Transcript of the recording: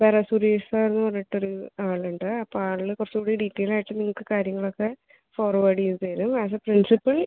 വേറെ സുരേഷ് സാറെന്ന് പറഞ്ഞിട്ടൊരു ആളുണ്ട് അപ്പോൾ ആൾടെ കുറച്ചൂടെ ഡീറ്റൈലായിട്ട് നിങ്ങൾക്ക് കാര്യങ്ങളൊക്കെ ഫോർവേഡ് ചെയ്ത് തരും ആസ് എ പ്രിൻസിപ്പൽ